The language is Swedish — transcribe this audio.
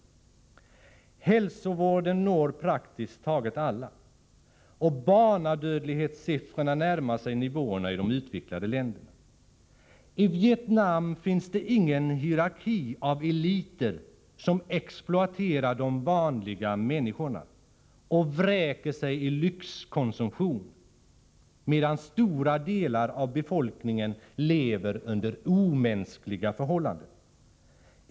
Hälsovården når praktiskt taget alla, och barnadödlighetssiffrorna närmar sig nivåerna i de utvecklade länderna. I Vietnam finns det ingen hierarki av eliter som exploaterar de vanliga människorna och vräker sig i lyxckonsumtion, medan stora delar av befolkningen lever under omänskliga förhållanden.